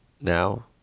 now